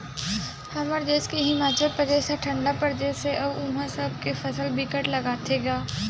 हमर देस के हिमाचल परदेस ह ठंडा परदेस हे अउ उहा सेब के फसल बिकट लगाथे गा